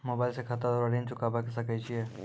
Mobile से खाता द्वारा ऋण चुकाबै सकय छियै?